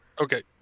Okay